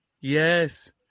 Yes